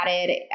added